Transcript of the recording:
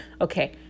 Okay